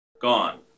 Gone